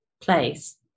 place